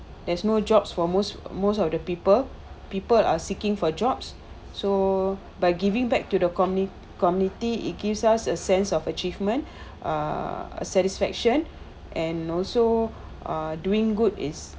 there's no jobs for most most of the people people are seeking for jobs so by giving back to the community community it gives us a sense of achievement uh satisfaction and also uh doing good is